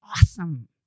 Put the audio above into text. awesome